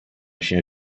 się